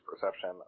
perception